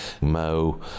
Mo